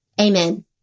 Amen